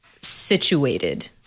situated